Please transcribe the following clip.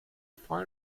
voll